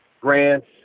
grants